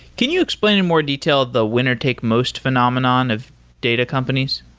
can you explain in more detail the winner-take-most phenomenon of data companies?